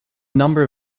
number